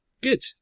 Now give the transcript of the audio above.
Good